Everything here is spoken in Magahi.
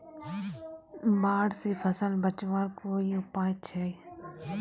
बाढ़ से फसल बचवार कोई उपाय छे?